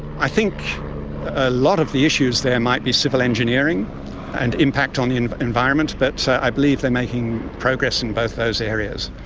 i think a lot of the issues there might be civil engineering and impact on the and environment, but so i believe they are making progress in both those areas.